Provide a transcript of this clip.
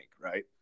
right